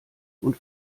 und